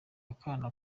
akana